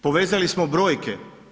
Povezali smo brojke.